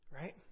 right